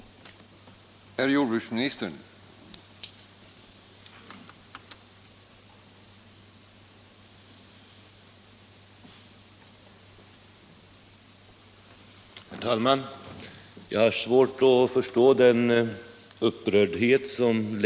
Om sjön Åsnens reglering Om sjön Åsnens reglering